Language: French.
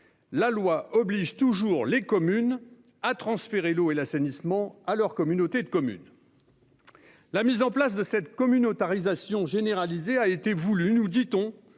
la loi oblige toujours les communes à transférer l'eau et l'assainissement à leur communauté de communes. La mise en place de cette communautarisation généralisée a été voulue, nous dit-on,